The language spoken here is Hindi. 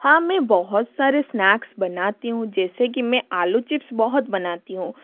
हाँ मैं बहुत सारे स्नेक्स बनाती हूँ जैसे कि मैं आलू चिप्स बहुत बनाती हूँ